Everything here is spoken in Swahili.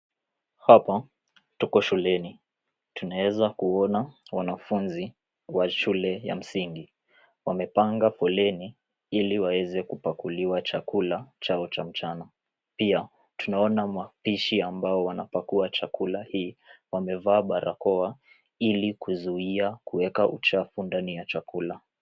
Hapa, tuko shuleni. Tunaeza kuona wanafunzi wa shule ya msingi, wamepanga foleni ili waweze kupakuliwa chakula chao cha mchana. Pia tunaona wapishi ambao wanapakua chakula hii wamevaa barakoa ili kuzuia kuweka uchafu ndani ya chakula.